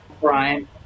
Brian